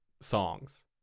songs